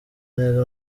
neza